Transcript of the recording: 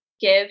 give